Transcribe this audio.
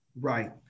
Right